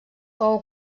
fou